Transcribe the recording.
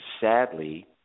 sadly